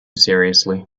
seriously